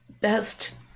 best